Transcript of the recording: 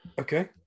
Okay